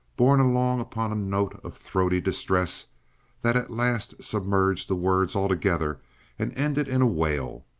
borne along upon a note of throaty distress that at last submerged the words altogether and ended in a wail.